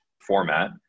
format